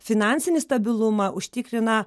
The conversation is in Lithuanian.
finansinį stabilumą užtikrina